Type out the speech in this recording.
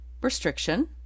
restriction